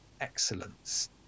excellence